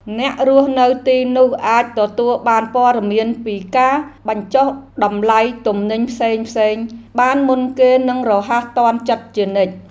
អ្នករស់នៅទីនោះអាចទទួលបានព័ត៌មានពីការបញ្ចុះតម្លៃទំនិញផ្សេងៗបានមុនគេនិងរហ័សទាន់ចិត្តជានិច្ច។